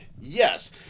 Yes